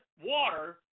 water